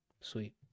Sweet